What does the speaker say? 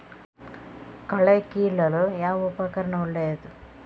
ಕಳೆ ಕೀಳಲು ಯಾವ ಉಪಕರಣ ಒಳ್ಳೆಯದು?